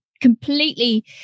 completely